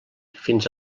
fins